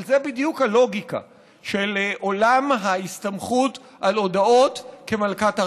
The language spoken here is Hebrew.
אבל זו בדיוק הלוגיקה של עולם ההסתמכות על הודאה כמלכת הראיות.